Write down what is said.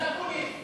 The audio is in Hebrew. זה בגלל אקוניס.